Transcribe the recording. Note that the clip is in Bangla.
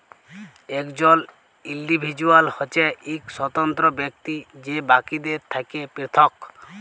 একজল ইল্ডিভিজুয়াল হছে ইক স্বতন্ত্র ব্যক্তি যে বাকিদের থ্যাকে পিরথক